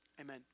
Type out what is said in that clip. amen